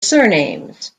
surnames